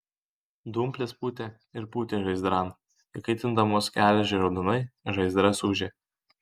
dumplės pūtė ir pūtė žaizdran įkaitindamos geležį raudonai žaizdras ūžė